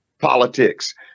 politics